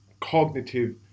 cognitive